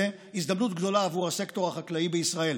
הזדמנות גדולה עבור הסקטור החקלאי בישראל.